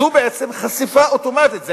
זו בעצם חשיפה אוטומטית.